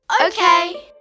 Okay